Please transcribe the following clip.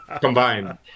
combined